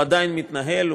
הוא עדיין מתנהל,